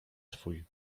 twój